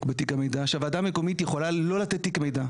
בתיק המידע שהוועדה המקומית יכולה לא לתת תיק מידע,